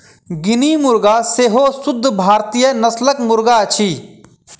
guinea मुर्गा सेहो शुद्ध भारतीय नस्लक मुर्गा अछि